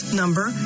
number